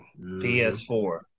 PS4